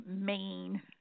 main